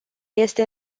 este